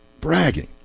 Bragging